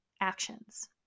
actions